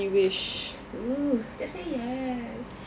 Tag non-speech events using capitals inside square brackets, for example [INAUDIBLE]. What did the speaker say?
[NOISE] ugh just say yes